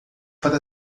para